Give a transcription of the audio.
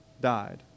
died